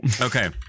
Okay